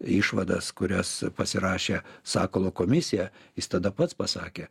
išvadas kurias pasirašė sakalo komisija jis tada pats pasakė